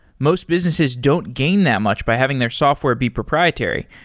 most businesses don't gain that much by having their software be proprietary.